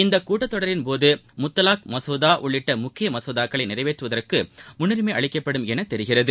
இந்தக் கூட்டத்தொடரின்போது முத்தலாக் மசோதா உள்ளிட்ட முக்கிய மசோதாக்களை நிறைவேற்றுவதற்கு முன்னுரிமை அளிக்கப்படும் என தெரிகிறது